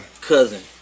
cousin